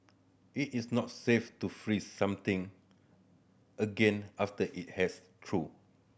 it is not safe to freeze something again after it has thawed